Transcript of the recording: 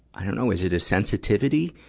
i don't know. is it a sensitivity?